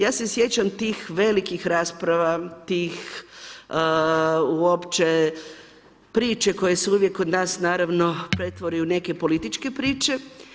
Ja se sjećam tih velikih rasprava, tih uopće priče koje su uvijek kod nas naravno pretvori u neke političke priče.